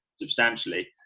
substantially